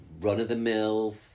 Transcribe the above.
run-of-the-mill